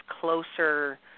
closer